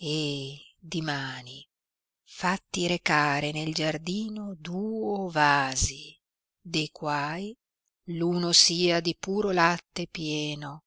e dimani fatti recare nel giardino duo vasi de quai uno sia di puro latte pieno